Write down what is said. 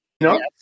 no